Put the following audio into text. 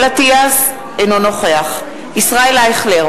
(חבר הכנסת יואל חסון יוצא מאולם המליאה.)